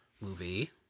movie